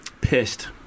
Pissed